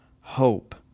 hope